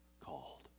called